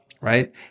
right